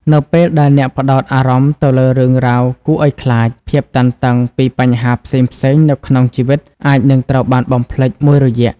នៅពេលដែលអ្នកផ្តោតអារម្មណ៍ទៅលើរឿងរ៉ាវគួរឲ្យខ្លាច ភាពតានតឹងពីបញ្ហាផ្សេងៗនៅក្នុងជីវិតអាចនឹងត្រូវបានបំភ្លេចមួយរយៈ។